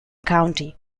county